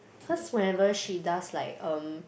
cause whenever she does like um